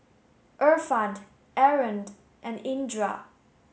Irfan Aaron and Indra